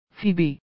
Phoebe